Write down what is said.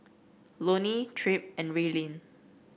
Loney Tripp and Raelynn